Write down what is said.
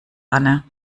anne